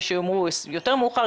יש שיאמרו יותר מאוחר,